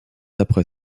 après